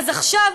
אז עכשיו,